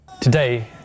Today